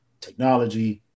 technology